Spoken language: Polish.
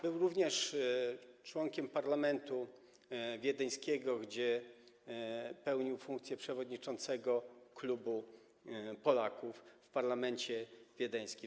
Był również członkiem parlamentu wiedeńskiego, gdzie pełnił funkcję przewodniczącego klubu Polaków w parlamencie wiedeńskim.